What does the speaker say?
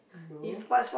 no